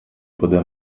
pode